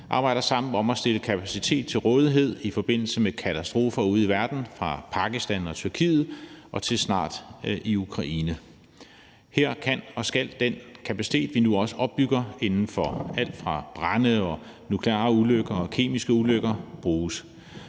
arbejder sammen om at stille kapacitet til rådighed i forbindelse med katastrofer ude i verden, fra Pakistan og Tyrkiet til Ukraine. Her kan og skal den kapacitet, vi nu også opbygger inden for alt fra brande til nukleare ulykker og kemiske ulykker, bruges.